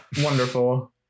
wonderful